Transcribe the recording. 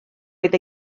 oedd